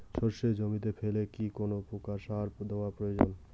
সর্ষে জমিতে ফেলে কি কোন প্রকার সার দেওয়া প্রয়োজন?